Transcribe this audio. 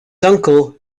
uncle